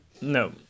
No